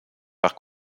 par